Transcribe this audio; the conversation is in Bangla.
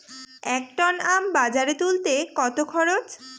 এক টন আম বাজারে তুলতে কত খরচ?